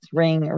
ring